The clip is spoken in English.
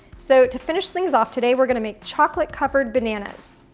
so to finish things off today, we're gonna make chocolate covered bananas.